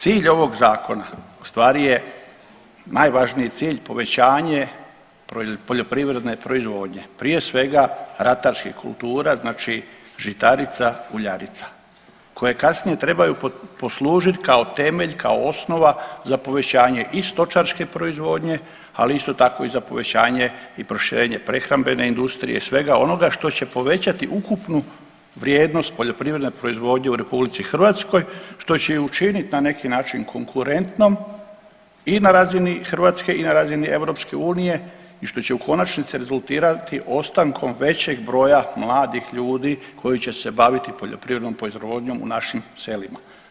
Cilj ovog zakona u stvari je najvažniji cilj povećanje poljoprivredne proizvodnje, prije svega ratarskih kultura, znači žitarica uljarica koje kasnije trebaju poslužit kao temelj, kao osnova za povećanje i stočarske proizvodnje, ali isto tako i za povećanje i proširenje prehrambene industrije i svega onoga što će povećati ukupnu vrijednost poljoprivredne proizvodnje u RH, što će je i učinit na neki način konkurentnom i na razini Hrvatske i na razini EU i što će u konačnici rezultirati ostankom većeg broja mladih ljudi koji će se baviti poljoprivrednom proizvodnjom u našim selima.